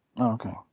Okay